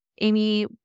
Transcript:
Amy